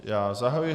Já zahajuji...